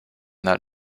that